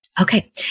Okay